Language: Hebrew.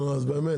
נו, אז באמת.